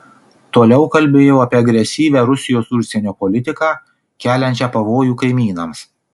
toliau kalbėjau apie agresyvią rusijos užsienio politiką keliančią pavojų kaimynams